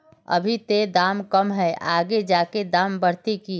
अभी ते दाम कम है आगे जाके दाम बढ़ते की?